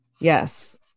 yes